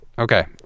okay